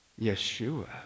Yeshua